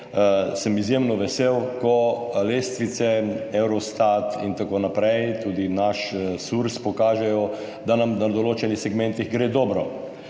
Sem izjemno vesel, ko lestvice, Eurostat in tako naprej, tudi naš Surs, pokažejo, da nam na določenih segmentih gre dobro.